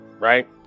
Right